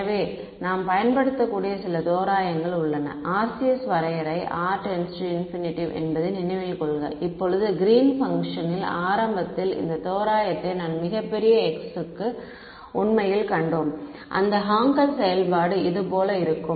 எனவே நாம் பயன்படுத்தக்கூடிய சில தோராயங்கள் உள்ளன RCS வரையறை r →∞ என்பதை நினைவில் கொள்க இப்போது கிரீன்ஸ் பங்க்ஷனில் Green's function ஆரம்பத்தில் இந்த தோராயத்தை நாம் மிகப் பெரிய x க்கு உண்மையில் கண்டோம் அந்த ஹான்கெல் செயல்பாடு இது போல இருக்கும்